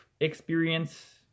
experience